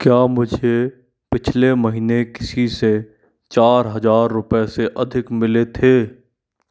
क्या मुझे पिछले महीने किसी से चार हज़ार रुपये से अधिक मिले थे